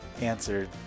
answered